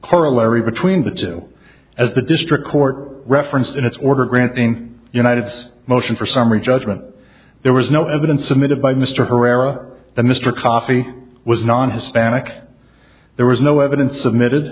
corollary between the two as the district court referenced in its order granting united's motion for summary judgment there was no evidence admitted by mr herrera that mr coffey was non hispanic there was no evidence of emitted